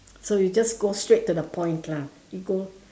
so you just go straight to the point lah you go